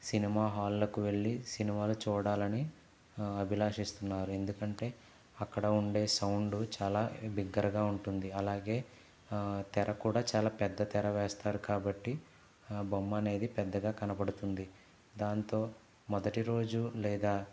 cinema హాళ్లకు వెళ్ళి సినిమాలు చూడాలని అభిలాషిస్తున్నారు ఎందుకంటే అక్కడ ఉండే సౌండ్ చాలా బిగ్గరగా ఉంటుంది అలాగే తెర కూడా చాలా పెద్ద తెర వేస్తారు కాబట్టి ఆ బొమ్మ అనేది పెద్దగా కనబడుతుంది దాంతో మొదటి రోజు లేదా